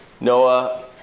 Noah